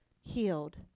healed